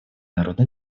народно